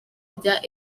rya